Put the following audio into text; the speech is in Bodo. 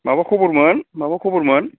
माबा खबरमोन माबा खबरमोन